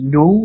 no